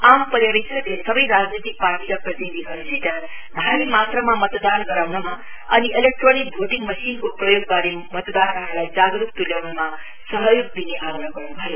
आम पर्यावेक्षकले सबै राजनैतिक पार्टीका प्रतिनिधिहरुसित भारी मात्रामा मतदान गराउनमा अनि इलेक्ट्रोनिक भोटिङ मशिनको प्रयोगवारे मतदाताहरुलाई जागरुक तुल्याउनमा सहयोग दिने आग्रह गर्नु भयो